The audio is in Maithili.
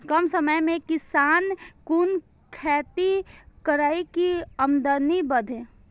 कम समय में किसान कुन खैती करै की आमदनी बढ़े?